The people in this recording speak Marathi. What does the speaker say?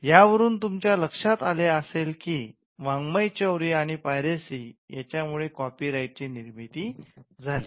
या वरून तुमच्या लक्षात आले असेल की वाड्ःमयचौर्य आणि पायरसी यांच्या मुळे कॉपी राईट ची निर्मिती झाली